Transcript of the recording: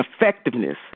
effectiveness